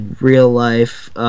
real-life